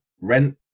rent